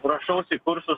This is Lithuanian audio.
rašaus į kursus